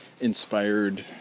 inspired